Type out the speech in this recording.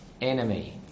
enemy